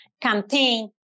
campaign